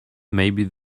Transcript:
maybe